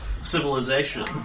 civilization